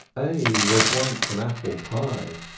a was once an apple-pie,